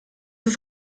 ist